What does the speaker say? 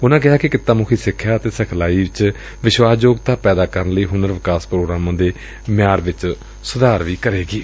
ਉਨੂਾ ਕਿਹਾ ਕਿ ਕਿੱਤਾ ਮੁਖੀ ਸਿਖਿਆ ਅਤੇ ਸਿਖਲਾਈ ਵਿਚ ਵਿਸ਼ਵਾਸ ਯੋਗਤਾ ਪੈਦਾ ਕਰਨ ਲਈ ਹੁਨਰ ਵਿਕਾਸ ਪ੍ਰੋਗਰਾਮ ਦੇ ਮਿਆਰ ਵਿਚ ਸੁਧਾਰ ਕਰੇਗੀ